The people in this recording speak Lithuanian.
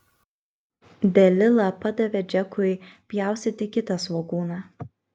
delila padavė džekui pjaustyti kitą svogūną